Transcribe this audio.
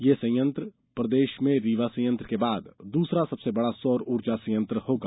यह संयंत्र प्रदेश में रीवा संयंत्र के बाद दूसरा सबसे बड़ा सौर ऊर्जा संयंत्र होगा